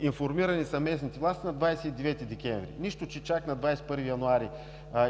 информирани местните власти на 29 декември, нищо че чак на 21 януари